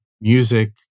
music